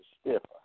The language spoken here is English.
stiffer